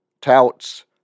touts